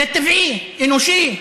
זה טבעי, אנושי.